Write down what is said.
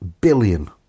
billion